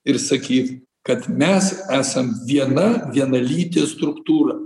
ir sakyt kad mes esam viena vienalytė struktūra